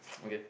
okay